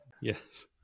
yes